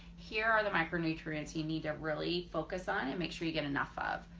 here are the micronutrients you need to really focus on and make sure you get enough of.